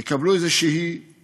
יקבלו איזו הכרה.